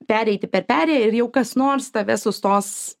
pereiti per perėją ir jau kas nors tave sustos